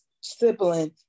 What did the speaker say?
sibling